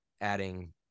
adding